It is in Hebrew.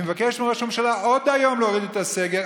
אני מבקש מראש הממשלה עוד היום להוריד את הסגר.